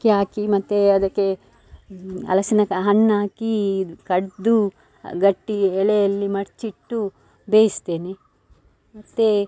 ಅಕ್ಕಿ ಹಾಕಿ ಮತ್ತು ಅದಕ್ಕೆ ಹಲಸಿನ ಕಾ ಹಣ್ಣು ಹಾಕೀ ಇದು ಕಡಿದು ಗಟ್ಟಿ ಎಳೆಯಲ್ಲಿ ಮಡಿಚಿಟ್ಟು ಬೇಯಿಸ್ತೇನೆ ಮತ್ತು